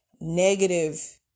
negative